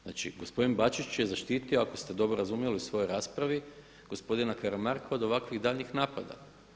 Znači, gospodin Bačić je zaštitio ako ste dobro razumjeli u svojoj raspravi, gospodina Karamarka od ovakvih daljnjih napada.